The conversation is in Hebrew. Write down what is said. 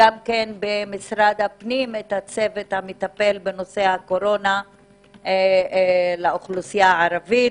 במשרד הפנים את הצוות המטפל בנושא הקורונה לאוכלוסייה הערבית.